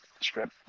strip